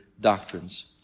doctrines